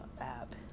app